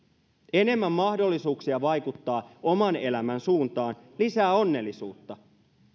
enemmän mahdollisuuksia vaikuttaa oman elämän suuntaan lisää onnellisuutta